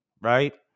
Right